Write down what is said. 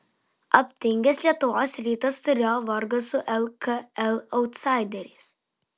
aptingęs lietuvos rytas turėjo vargo su lkl autsaideriais